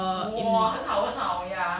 !wah! 很好很好 ya